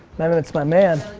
mehmit's my man.